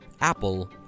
apple